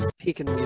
peak in